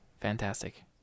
Fantastic